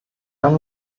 haben